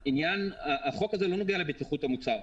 החוק הזה לא נוגע לבטיחות המוצר.